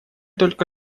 только